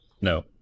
no